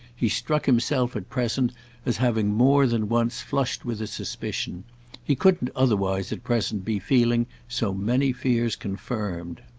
he struck himself at present as having more than once flushed with a suspicion he couldn't otherwise at present be feeling so many fears confirmed.